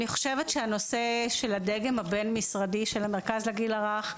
שהנושא של הדגם הבין משרדי של המרכז לגיל הרך,